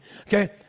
okay